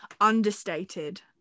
understated